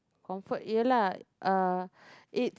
comfort ya lah uh it's